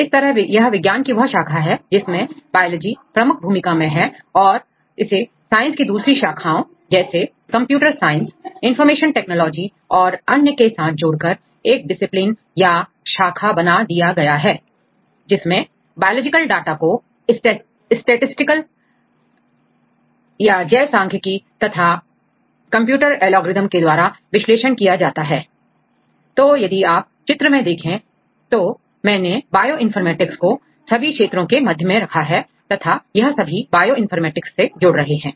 इस तरह यह विज्ञान की वह शाखा है जिसमेंtबायोलॉजी मुख्य भूमिका मैं है और इसे साइंस की दूसरी शाखाओं जैसे कंप्यूटर साइंस इनफार्मेशन टेक्नोलॉजी और अन्य के साथ जोड़कर एक डिसिप्लिन या शाखा बना दिया गया है जिसमें बायोलॉजिकल डाटा को स्टैटिसटिकल टेक्निक या जैव सांख्यिकी तथा कंप्यूटर एल्गोरिदम के द्वारा विश्लेषण किया जाता है तो यदि आप चित्र में देखें तो मैंने बायोइनफॉर्मेटिक्सको सभी क्षेत्रों के मध्य में रखा है तथा यह सभी बायोइनफॉर्मेटिक्स से जुड़ रहे हैं